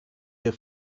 der